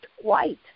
white